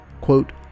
quote